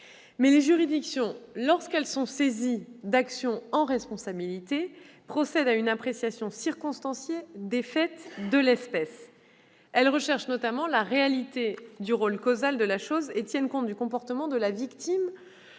les juridictions, lorsqu'elles sont saisies d'actions en responsabilité, procèdent à une appréciation circonstanciée des faits de l'espèce. Elles recherchent notamment la réalité du rôle causal de la chose et tiennent compte du comportement de la victime